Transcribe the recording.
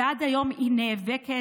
ועד היום היא נאבקת,